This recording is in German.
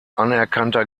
anerkannter